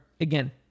again